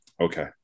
okay